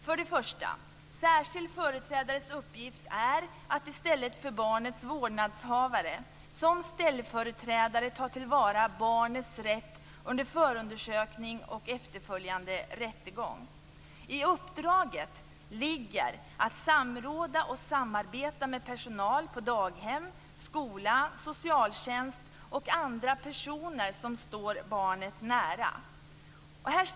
För det första: Särskild företrädares uppgift är att i stället för barnets vårdnadshavare, som ställföreträdare, ta till vara barnets rätt under förundersökning och efterföljande rättegång. I uppdraget ligger att samråda och samarbeta med personal på daghem, i skola, socialtjänst och med andra personer som står barnet nära.